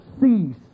cease